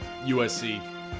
USC